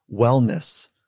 wellness